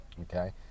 Okay